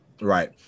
right